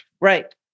Right